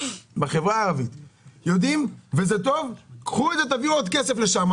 תביאו עוד כסף לשם.